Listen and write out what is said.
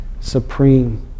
supreme